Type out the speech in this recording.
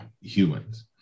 humans